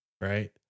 right